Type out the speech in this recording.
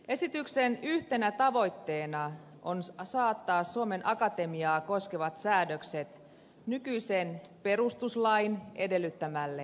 esityksen yhtenä tavoitteena on saattaa suomen akatemiaa koskevat säädökset nykyisen perustuslain edellyttämälle tasolle